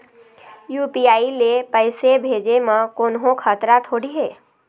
UPI ले पैसे भेजे म कोन्हो खतरा थोड़ी हे?